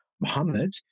Muhammad